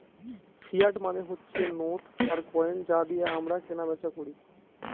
fiat মানে হচ্ছে note আর কয়েন যা দিয়ে আমরা কেনা বেচা করি